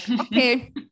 okay